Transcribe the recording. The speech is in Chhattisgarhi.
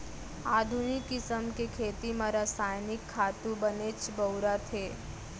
आधुनिक किसम के खेती म रसायनिक खातू बनेच बउरत हें